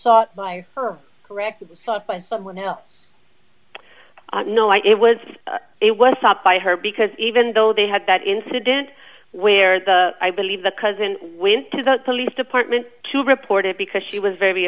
sought by her record but by someone else no i it was it was sought by her because even though they had that incident where the i believe the cousin when to the police department to report it because she was very